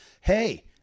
hey